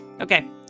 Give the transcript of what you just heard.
Okay